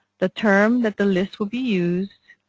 the term that the list will be used,